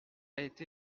été